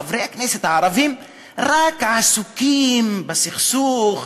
חברי הכנסת הערבים עסוקים רק בסכסוך,